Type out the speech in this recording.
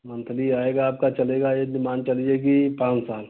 monthly आएगा आपका चलेगा यदि मान कर चलिए कि पाँच साल